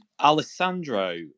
Alessandro